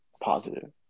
positive